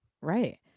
Right